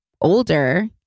older